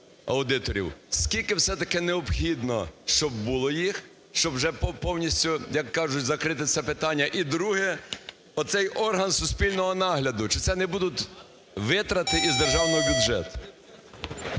Скільки все-таки необхідно, щоб було їх, щоб вже повністю, як кажуть, закрити це питання? І друге. От цей орган суспільного нагляду, чи це будуть витрати із державного бюджету?